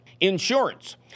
Insurance